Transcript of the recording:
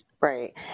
Right